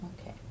Okay